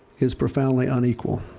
is profoundly unequal.